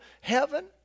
heaven